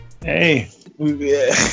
Hey